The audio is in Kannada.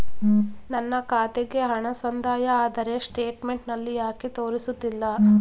ನನ್ನ ಖಾತೆಗೆ ಹಣ ಸಂದಾಯ ಆದರೆ ಸ್ಟೇಟ್ಮೆಂಟ್ ನಲ್ಲಿ ಯಾಕೆ ತೋರಿಸುತ್ತಿಲ್ಲ?